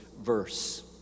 verse